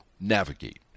navigate